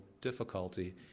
difficulty